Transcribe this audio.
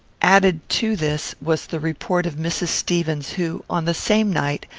added to this, was the report of mrs. stevens, who, on the same night,